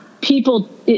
people